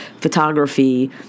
photography